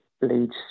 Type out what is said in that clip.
leads